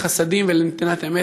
לחסדים ולנתינת אמת.